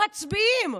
מצביעים,